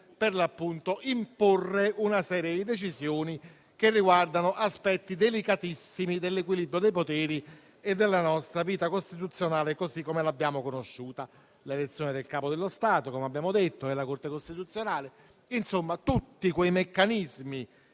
per l'appunto, imporre una serie di decisioni che riguardano aspetti delicatissimi dell'equilibrio dei poteri e della nostra vita costituzionale, così come l'abbiamo conosciuta. Mi riferisco all'elezione del Capo dello Stato - come abbiamo detto - e della Corte costituzionale, insomma tutti quei meccanismi